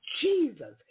Jesus